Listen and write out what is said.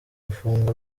gufungwa